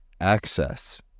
access